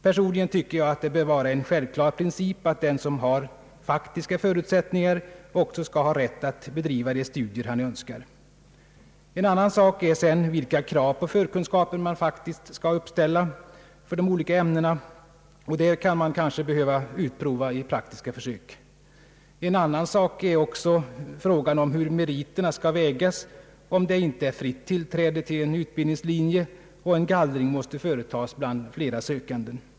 Personligen tycker jag det bör vara en självklar princip, att den som har faktiska förutsättningar också skall ha rätt att bedriva de studier han önskar. En annan sak är sedan vilka krav på förkunskaper man faktiskt skall uppställa för de olika ämnena, och det kan man kanske behöva utprova i praktiska försök. En annan sak är också frågan om hur meriterna skall vägas, om det inte är fritt tillträde till en utbildningslinje och en gallring måste företas bland flera sökande.